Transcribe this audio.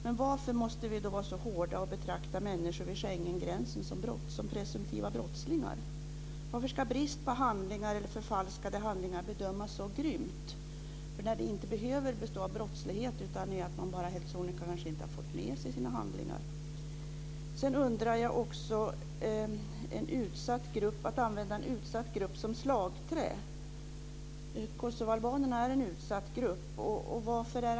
Men varför måste vi då vara så hårda och betrakta människor vid Schengengränsen som presumtiva brottslingar? Varför ska brist på handlingar eller förfalskade handlingar bedömas på ett så grymt sätt? Det behöver inte handla om brottslighet. Det kanske bara handlar om att man inte har fått med sig sina handlingar. Jag har ytterligare en fråga om att använda en utsatt grupp som slagträ. Kosovoalbanerna är en utsatt grupp.